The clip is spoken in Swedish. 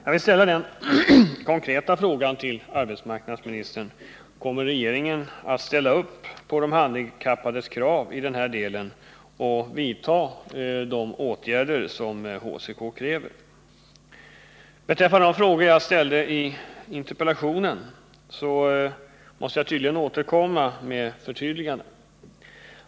Jag vill ställa den konkreta frågan till arbetsmarknadsministern: Kommer regeringen att ställa upp på de handikappades krav i den här delen och vidta de åtgärder som HCK kräver? Beträffande de frågor jag ställde i interpellationen måste jag uppenbarligen återkomma med förtydliganden.